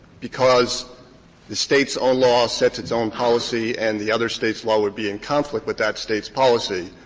because the state's own law sets its own policy and the other state's law would be in conflict with that state's policy.